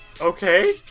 okay